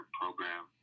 program